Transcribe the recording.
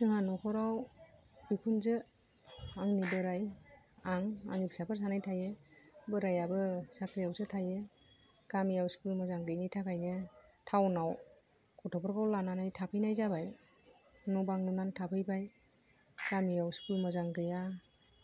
जोंहा न'खराव बिखुनजो आंनि बोराय आं आंनि फिसाफोर सानै थायो बोरायाबो साख्रियावसो थायो गामियाव स्कुल मोजां गैयैनि थाखायनो टाउनाव गथ'फोरखौ लानानै थाफैनाय जाबाय न' बां लुनानै थाफैबाय गामियाव स्कुल मोजां गैया